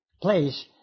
place